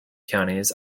counties